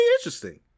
interesting